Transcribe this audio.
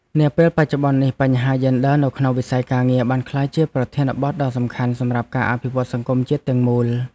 នាពេលបច្ចុប្បន្ននេះ បញ្ហាយេនឌ័រនៅក្នុងវិស័យការងារបានក្លាយជាប្រធានបទដ៏សំខាន់សម្រាប់ការអភិវឌ្ឍសង្គមជាតិទាំងមូល។